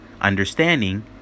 Understanding